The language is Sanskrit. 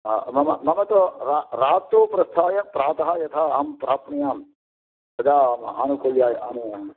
हा मम मम तु रा रात्रौ प्रस्थाय प्रातः यथा अहं प्राप्नुयां तदा आनुकूल्याय आनु